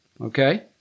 Okay